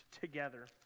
together